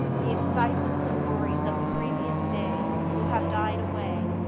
the excitements and worries of the previous day will have died away,